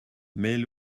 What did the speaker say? may